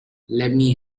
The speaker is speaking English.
lemme